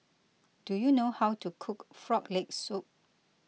do you know how to cook Frog Leg Soup